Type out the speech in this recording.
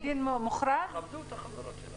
תכבדו את חברתכם שמדברת.